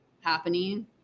happening